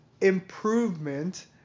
improvement